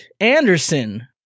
Anderson